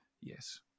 Yes